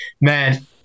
Man